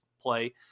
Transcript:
play